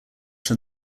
from